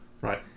Right